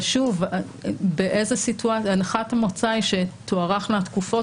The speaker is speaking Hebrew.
אבל הנחת המוצא היא שתוארכנה התקופות